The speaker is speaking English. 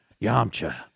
Yamcha